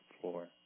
floor